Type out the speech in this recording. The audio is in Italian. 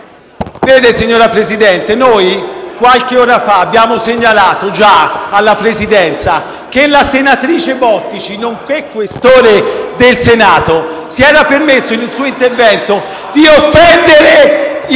Vede, signor Presidente, noi qualche ora fa abbiamo segnalato già alla Presidenza che la senatrice Bottici, nonché Questore del Senato, si era permessa, in un suo intervento, di offendere i